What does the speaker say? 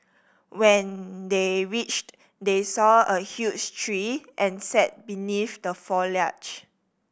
when they reached they saw a huge tree and sat beneath the foliage